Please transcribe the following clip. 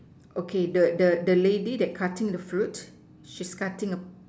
okay the the the lady that cutting the fruit she's cutting a